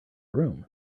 room